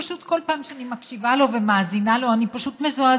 פשוט כל פעם שאני מקשיבה לו ומאזינה לו אני פשוט מזועזעת.